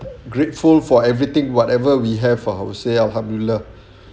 grateful for everything whatever we have ah I would say alhamdulillah